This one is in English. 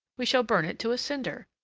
we shall burn it to a cinder!